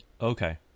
okay